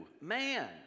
man